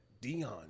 Dion